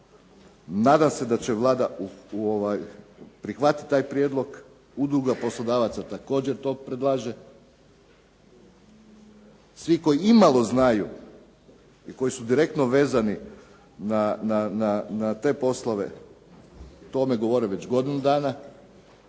Nadam se da će Vlada prihvatiti taj prijedlog, Udruga poslodavaca također to predlaže. Svi koji imalo znaju i koji su direktno vezani na te poslove o tome govore već godinu dana